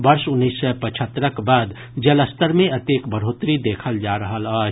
वर्ष उन्नैस सय पचहत्तरक बाद जलस्तर मे एतेक बढ़ोतरी देखल जा रहल अछि